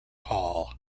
hall